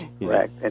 Correct